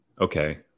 okay